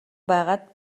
байгаад